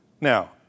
Now